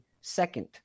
second